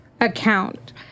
account